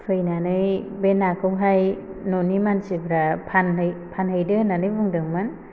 फैनानै बे नाखौहाय न'नि मानसिफ्रा फानहै फानहैदो होन्नानै बुंदोंमोन